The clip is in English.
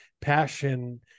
passion